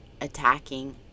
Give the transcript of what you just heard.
attacking